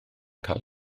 cael